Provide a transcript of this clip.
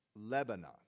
Lebanon